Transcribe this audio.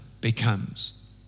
becomes